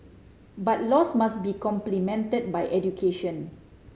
but laws must be complemented by education